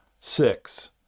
six